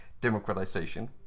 democratization